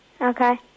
Okay